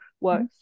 works